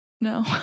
No